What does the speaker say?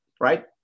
right